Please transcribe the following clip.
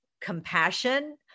compassion